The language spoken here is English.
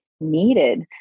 needed